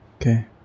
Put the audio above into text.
okay